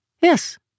Yes